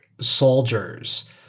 soldiers